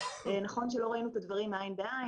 נכון שלא ראינו את הדברים עין בעין,